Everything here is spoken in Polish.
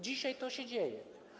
Dzisiaj to się dzieje.